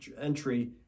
entry